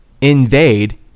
invade